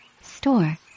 store